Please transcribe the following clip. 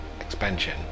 expansion